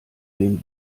den